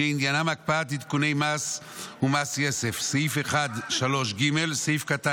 שעניינם הקפאת עדכוני מס ומס יסף: 1. סעיף 1(3)(ג),